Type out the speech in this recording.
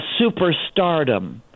superstardom